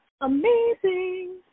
amazing